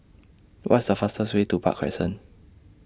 What's The fastest Way to Park Crescent